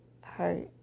hurt